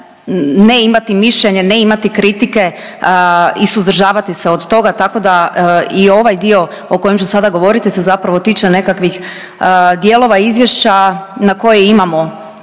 ne imati mišljenje, ne imati kritike i suzdržavati se od toga. Tako da i ovaj dio o kojem ću sada govoriti se zapravo tiče nekakvih dijelova izvješća na koje imamo